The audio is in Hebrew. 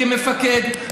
כמפקד,